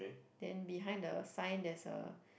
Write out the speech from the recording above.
then behind the sign there's a